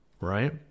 right